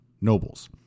nobles